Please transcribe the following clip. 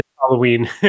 Halloween